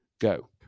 Go